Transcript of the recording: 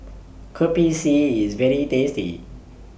Kopi C IS very tasty